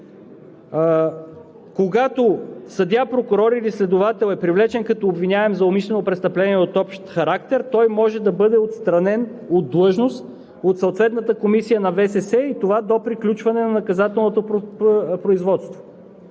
когато съдия, прокурор или следовател е привлечен като обвиняем за умишлено престъпление от общ характер, той може да бъде отстранен от длъжност от съответната комисия на Висшия съдебен съвет и това е до приключване на наказателното производство.